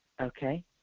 Okay